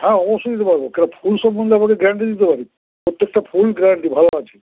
হ্যাঁ অবশ্যই দিতে পারবো কেন ফুল সম্বন্ধে আমাকে গ্যারান্টি দিতে পারি প্রত্যেকটা ফুল গ্যারান্টি ভালো আছে